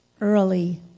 early